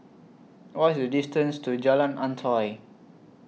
What IS The distance to Jalan Antoi